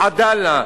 "עדאלה",